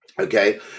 Okay